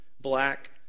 black